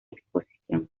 exposición